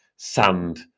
sand